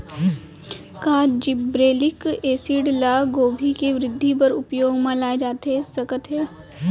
का gibberellic acid ल गोभी के वृद्धि बर उपयोग म लाये जाथे सकत हे?